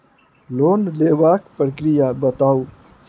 Loan लेबाक प्रक्रिया बताऊ?